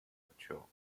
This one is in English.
mature